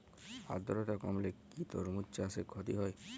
আদ্রর্তা কমলে কি তরমুজ চাষে ক্ষতি হয়?